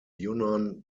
yunnan